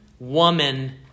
woman